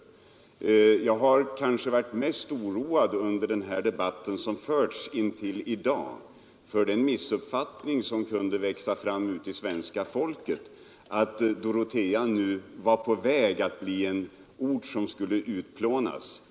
Jag har kanske under den debatt som förts intill i dag varit mest oroad för den missuppfattning, som kunde växa fram hos svenska folket, att Dorotea nu var på väg att bli en ort som skulle utplånas.